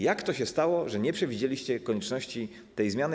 Jak to się stało, że nie przewidzieliście konieczności tej zmiany?